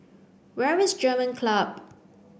where is German Club